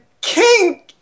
KING